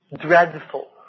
dreadful